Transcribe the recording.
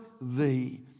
thee